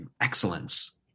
excellence